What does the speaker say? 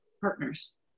partners